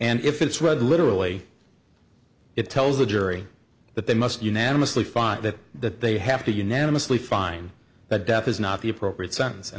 and if it's read literally it tells the jury that they must unanimously find it that they have to unanimously find that death is not the appropriate sentence and